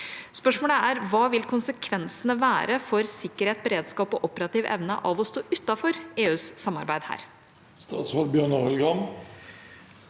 Hva vil konsekvensene være for sikkerhet, beredskap og operativ evne av å stå utenfor EUs samarbeid her?